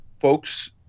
folks